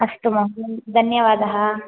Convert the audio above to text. अस्तु महोदय धन्यवादः